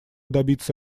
добиться